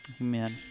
Amen